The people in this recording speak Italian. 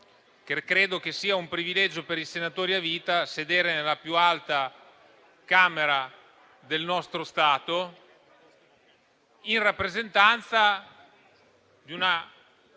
vero che è un privilegio per i senatori a vita sedere nella più alta Camera del nostro Stato in rappresentanza di una